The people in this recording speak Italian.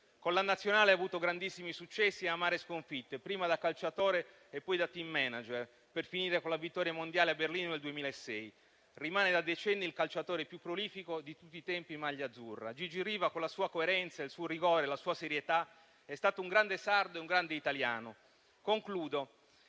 Con la nazionale ha avuto grandissimi successi e amare sconfitte, prima da calciatore e poi da *team manager*, per finire con la vittoria mondiale a Berlino nel 2006. Rimane da decenni il calciatore più prolifico di tutti i tempi in maglia azzurra. Gigi Riva con la sua coerenza, il suo rigore e la sua serietà è stato un grande sardo e un grande italiano. In